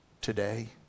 today